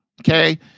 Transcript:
Okay